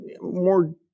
more